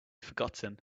forgotten